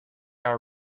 are